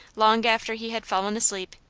long after he had fallen asleep.